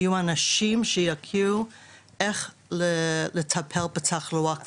יהיו אנשים שיכירו איך לטפל בתחלואה כפולה,